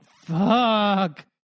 fuck